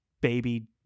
baby